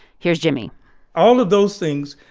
here's jimmy all of those things,